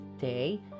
day